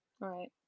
right